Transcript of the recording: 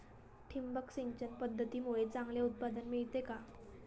ठिबक सिंचन पद्धतीमुळे चांगले उत्पादन मिळते का?